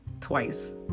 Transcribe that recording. twice